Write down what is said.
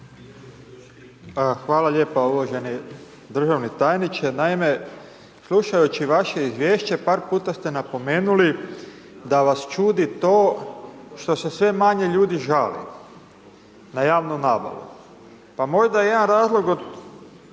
Hvala lijepo uvaženi državni tajniče. Naime, slušajući vaše izvješće par puta ste napomenuli da vas čudi to što se sve manje ljudi žali na javnu nabavu. Pa možda je jedan razlog od